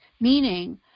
meaning